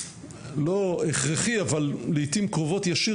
לא הכרחי אבל לעיתים קרובות ישיר,